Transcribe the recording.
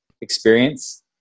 experience